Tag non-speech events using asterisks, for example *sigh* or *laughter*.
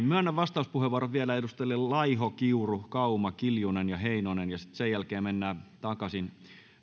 *unintelligible* myönnän vastauspuheenvuoron vielä edustajille laiho kiuru kauma kiljunen ja heinonen ja sitten sen jälkeen mennään takaisin